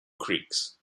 creeks